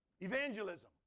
Evangelism